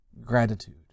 gratitude